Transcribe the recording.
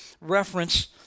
reference